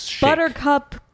buttercup